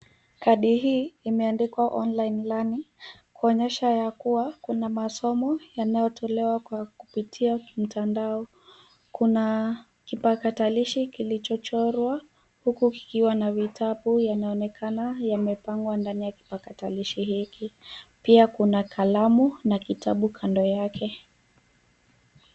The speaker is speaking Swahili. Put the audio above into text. Kadi ii imeandikwa online learning kuonyesha ya kuwa na masomo yanayotolewa kwa kupitia mtandao. Kuna kipatakalishi kilicho chorwa huku kukiwa na vitabu yanaonekana yamepangwa ndani ya kipatakalishi hiki pia kuna kalamu na kitabu kando yake.